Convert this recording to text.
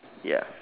ya